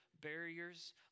barriers